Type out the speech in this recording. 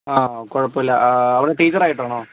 ആ കുഴപ്പമില്ല അവിടെ ടീച്ചർ ആയിട്ടാണോ